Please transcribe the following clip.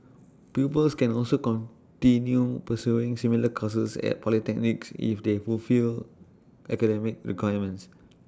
pupils can also continue pursuing similar courses at polytechnics if they fulfil academic requirements